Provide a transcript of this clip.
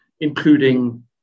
including